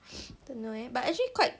don't know leh but actually quite